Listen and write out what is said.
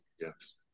Yes